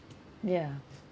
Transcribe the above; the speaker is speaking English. yeah